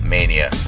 Mania